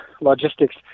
logistics